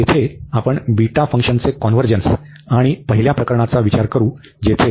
तर येथे आपण बीटा फंक्शनचे कॉन्व्हर्जन्स आणि पहिल्या प्रकरणाचा विचार करू जेथे